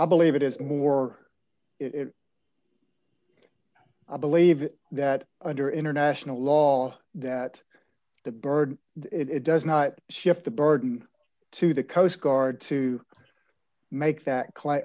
i believe it is more i believe that under international law that the burden it does not shift the burden to the coast guard to make that cla